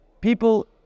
people